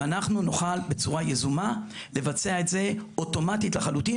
ואנחנו נוכל בצורה יזומה לבצע את זה אוטומטית לחלוטין.